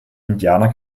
indianer